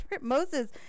Moses